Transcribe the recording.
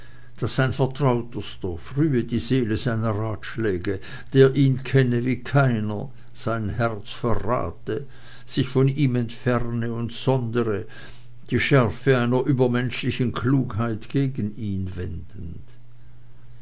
daß sein vertrautester früher die seele seiner ratschläge der ihn kenne wie keiner sein herz verrate sich von ihm entferne und sondere die schärfe einer übermenschlichen klugheit gegen ihn wendend